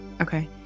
Okay